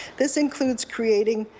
this includes creating